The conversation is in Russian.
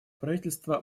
правительство